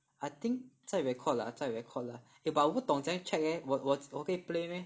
I think 在 record lah 在 record lah eh but 我不懂怎么样 check leh 我我可以 play meh